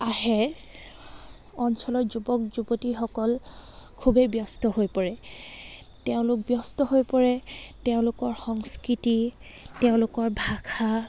আহে অঞ্চলৰ যুৱক যুৱতীসকল খুবেই ব্যস্ত হৈ পৰে তেওঁলোক ব্যস্ত হৈ পৰে তেওঁলোকৰ সংস্কৃতি তেওঁলোকৰ ভাষা